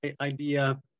idea